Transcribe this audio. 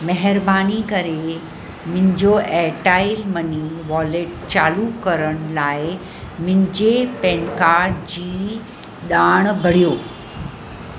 महिरबानी करे मुंहिंजो एयरटाइल मनी वॉलेट चालू करण लाइ मुंहिंजे पेन कार्ड जी ॼाण भरियो